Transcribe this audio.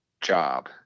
job